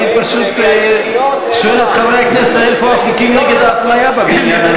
אני פשוט שואל את חברי הכנסת איפה החוקים נגד האפליה בבניין הזה.